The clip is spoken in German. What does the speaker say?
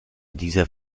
dieser